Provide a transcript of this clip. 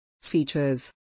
Features